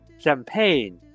Champagne